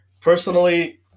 personally